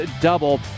double